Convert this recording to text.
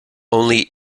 only